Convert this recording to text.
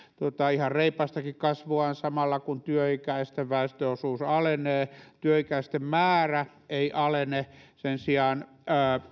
ihan reipastakin kasvuaan samalla kun työikäisten väestöosuus alenee työikäisten määrä ei alene sen sijaan